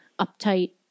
uptight